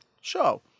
show